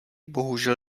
bohužel